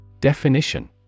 Definition